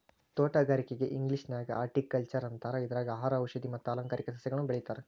ತೋಟಗಾರಿಕೆಗೆ ಇಂಗ್ಲೇಷನ್ಯಾಗ ಹಾರ್ಟಿಕಲ್ಟ್ನರ್ ಅಂತಾರ, ಇದ್ರಾಗ ಆಹಾರ, ಔಷದಿ ಮತ್ತ ಅಲಂಕಾರಿಕ ಸಸಿಗಳನ್ನ ಬೆಳೇತಾರ